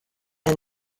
and